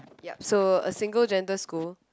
yup so a single gender school